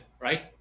right